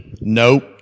nope